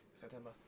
September